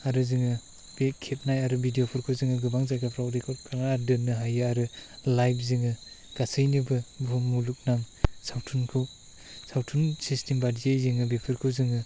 आरो जोङो बे खेबनाय आरो भिडिअ फोरखौ जोङो गोबां जायगाफ्राव रेकर्ड खालामना दोन्नो हायो आरो लाइभ जोङो गासिनोबो बुहुम मुलुगनां सावथुनखौ सावथुन सिस्टेम बायदियै जों बेफोरखौ जोङो